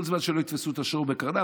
כל זמן שלא יתפסו את השור בקרניו,